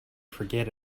forget